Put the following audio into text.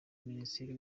minisitiri